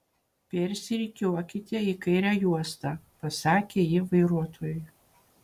persirikiuokite į kairę juostą pasakė ji vairuotojui